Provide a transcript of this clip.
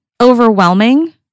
overwhelming